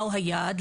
מהו היעד.